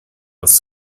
was